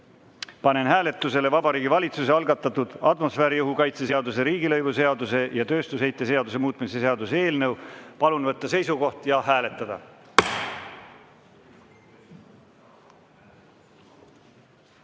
panen hääletusele Vabariigi Valitsuse algatatud atmosfääriõhu kaitse seaduse, riigilõivu seaduse ja tööstusheite seaduse muutmise seaduse eelnõu. Palun võtta seisukoht ja hääletada!